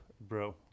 Bro